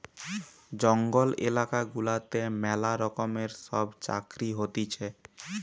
জঙ্গল এলাকা গুলাতে ম্যালা রকমের সব চাকরি হতিছে